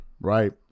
right